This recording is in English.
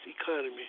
economy